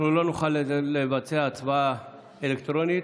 אנחנו לא נוכל לבצע הצבעה אלקטרונית.